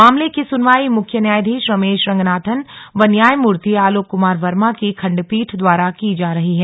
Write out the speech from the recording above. मामले की सुनवाई मुख्य न्यायधीश रमेश रँगनाथन व न्यायमूर्ति आलोक कुमार वर्मा की खंडपीठ द्वारा की जा रही है